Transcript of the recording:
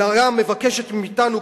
אלא גם מבקשת מאתנו,